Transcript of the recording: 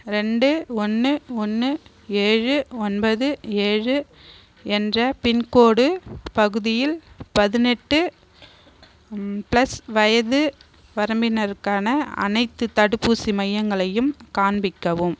இரண்டு ஒன்று ஒன்று ஏழு ஒன்பது ஏழு என்ற பின்கோடு பகுதியில் பதினெட்டு ப்ளஸ் வயது வரம்பினருக்கான அனைத்துத் தடுப்பூசி மையங்களையும் காண்பிக்கவும்